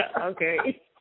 Okay